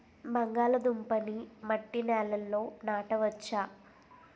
బంగాళదుంప నీ మట్టి నేలల్లో నాట వచ్చా?